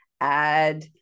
add